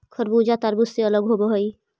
खरबूजा तारबुज से अलग होवअ हई